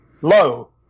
low